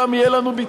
שם יהיה לנו ביטחון,